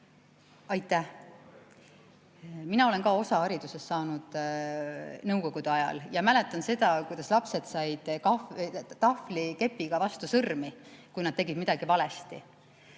Aitäh! Mina olen ka osa haridusest saanud nõukogude ajal ja mäletan seda, kuidas lapsed said tahvlikepiga vastu sõrmi, kui nad tegid midagi valesti.